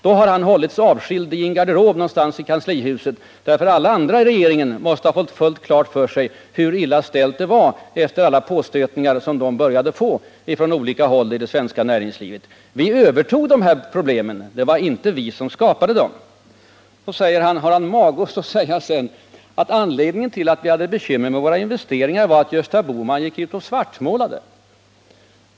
Då har han hållits avskild i en garderob någonstans i kanslihuset. Alla andra i regeringen måste ha fått fullt klart för sig hur illa ställt det var, efter alla påstötningar som de börjat få från olika håll i det svenska näringslivet. Vi övertog de här problemen. Det var inte vi som skapade dem. Sedan har han mage att stå och säga att anledningen till att vi hade bekymmer med våra investeringar var att Gösta Bohman gick ut och svartmålade.